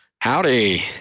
Howdy